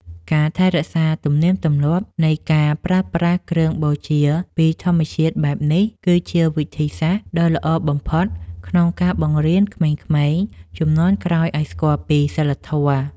ការថែរក្សាទំនៀមទម្លាប់នៃការប្រើប្រាស់គ្រឿងបូជាពីធម្មជាតិបែបនេះ គឺជាវិធីសាស្ត្រដ៏ល្អបំផុតក្នុងការបង្រៀនក្មេងៗជំនាន់ក្រោយឱ្យស្គាល់ពីសីលធម៌។